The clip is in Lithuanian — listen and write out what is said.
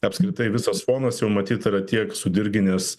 apskritai visas fonas jau matyt yra tiek sudirginęs